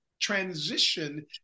transition